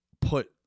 put